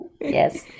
Yes